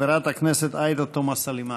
חברת הכנסת עאידה תומא סלימאן.